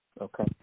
Okay